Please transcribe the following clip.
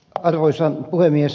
arvoisa puhemies